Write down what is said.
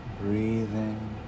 breathing